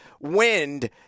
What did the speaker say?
wind